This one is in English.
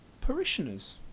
parishioners